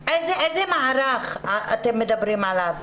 איזה מערך אתם מדברים עליו?